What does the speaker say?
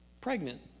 pregnant